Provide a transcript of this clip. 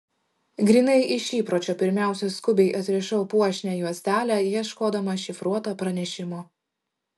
grynai iš įpročio pirmiausia skubiai atrišau puošnią juostelę ieškodama šifruoto pranešimo